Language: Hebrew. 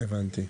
הבנתי.